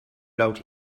piloot